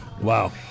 Wow